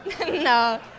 No